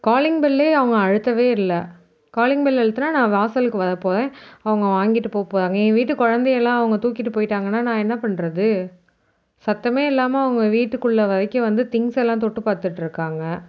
calling பெல்லே அவங்க அழுத்தவே இல்லை காலிங் பெல் அழுத்துனா நான் வாசலுக்கு வரப்போகிறேன் அவங்க வாங்கிட்டு போகப் போகிறாங்க எங்கள் வீட்டு குழந்தை எல்லாம் அவங்க தூக்கிட்டு போய்விட்டாங்கன்னா நான் என்ன பண்ணுறது சத்தமே இல்லாமல் அவங்க வீட்டுக்குள்ளே வரைக்கும் வந்து திங்க்ஸெல்லாம் தொட்டு பார்த்துட்ருக்காங்க